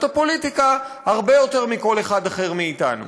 הפוליטיקה הרבה יותר מכל אחד אחר מאתנו.